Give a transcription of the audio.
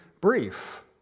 brief